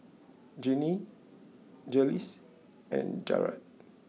Ginny Jiles and Jarett